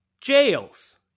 Jails